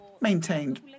maintained